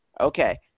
Okay